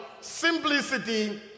simplicity